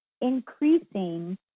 increasing